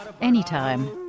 anytime